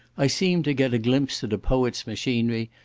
i seemed to get a glimpse at a poet's machinery,